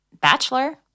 Bachelor